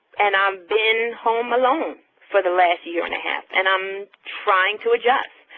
and i've been home alone for the last year and a half and i'm trying to adjust,